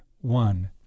one